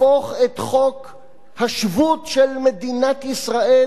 השבות של מדינת ישראל, לבצר אותו,